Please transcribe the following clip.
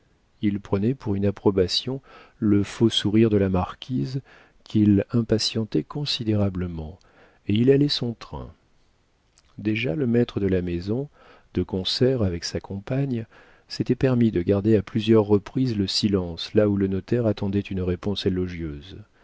il prenait pour une approbation le faux sourire de la marquise qu'il impatientait considérablement et il allait son train déjà le maître de la maison de concert avec sa compagne s'était permis de garder à plusieurs reprises le silence là où le notaire attendait une réponse